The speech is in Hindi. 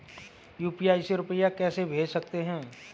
यू.पी.आई से रुपया कैसे भेज सकते हैं?